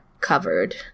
covered